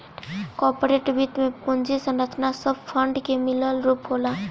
corporate वित्त में पूंजी संरचना सब फंड के मिलल रूप होला